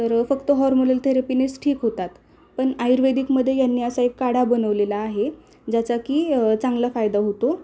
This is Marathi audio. तर फक्त हॉर्मोनल थेरपीनेच ठीक होतात पण आयुर्वेदिकमध्ये यांनी असा एक काढा बनवलेला आहे ज्याचा की चांगला फायदा होतो